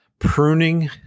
Pruning